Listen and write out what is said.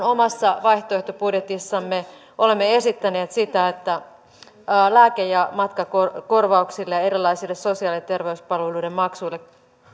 omassa vaihtoehtobudjetissamme olemme esittäneet sitä että lääke ja matkakorvauksille ja erilaisille sosiaali ja terveyspalveluiden maksuille